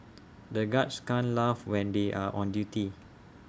the guards can't laugh when they are on duty